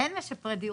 אין משפרי דיור.